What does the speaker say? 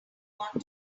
want